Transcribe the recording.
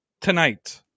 tonight